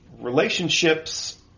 Relationships